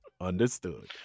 Understood